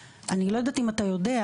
אני לא יודעת אם אתה יודע,